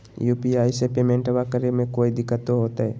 UPI से पेमेंटबा करे मे कोइ दिकतो होते?